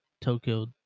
Tokyo